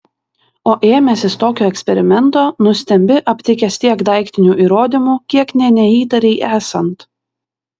o ėmęsis tokio eksperimento nustembi aptikęs tiek daiktinių įrodymų kiek nė neįtarei esant